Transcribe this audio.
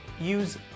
use